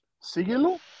síguelo